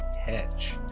Hedge